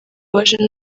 waje